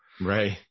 Right